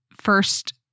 first